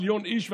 מיליון איש,